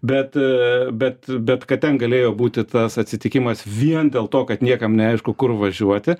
bet bet bet kad ten galėjo būti tas atsitikimas vien dėl to kad niekam neaišku kur važiuoti